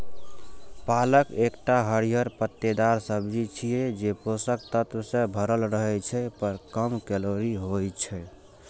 पालक एकटा हरियर पत्तेदार सब्जी छियै, जे पोषक तत्व सं भरल रहै छै, पर कम कैलोरी होइ छै